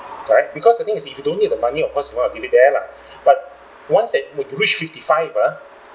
alright because the thing is if you don't need the money of course you want to leave it there lah but once that when you reach fifty-five uh